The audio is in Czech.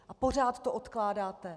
A pořád to odkládáte!